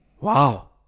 Wow